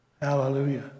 Hallelujah